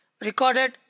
Recorded